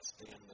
stand